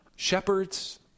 Shepherds